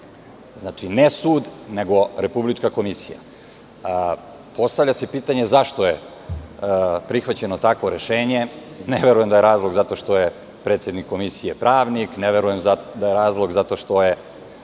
Znači, ne sud, nego Republička komisija. Postavlja se pitanje – zašto je prihvaćeno takvo rešenje? Ne verujem da je razlog zato što je predsednik komisije pravnik, ne verujem da je razlog što je